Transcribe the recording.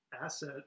asset